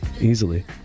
Easily